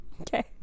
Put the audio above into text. Okay